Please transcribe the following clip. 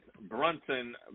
Brunson